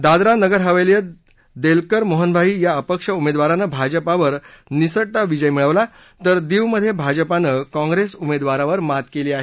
दादरा नगरहवेलीत देलकर मोहनभाई या अपक्ष उमेदवाराने भाजपावर निसटता विजय मिळवला आहे तर दीवमध्ये भाजपने काँग्रेस उमेदवारावर मात केली आहे